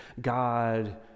God